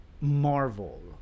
marvel